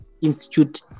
institute